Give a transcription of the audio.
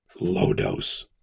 low-dose